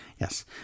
Yes